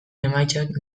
emaitzak